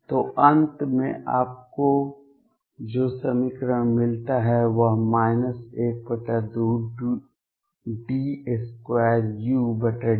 तो अंत में आपको जो समीकरण मिलता है वह 12d2udr2 ll122x2u ux